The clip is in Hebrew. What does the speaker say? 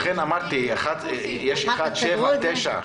לכן אמרתי שיש (1),(7),(9).